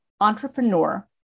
entrepreneur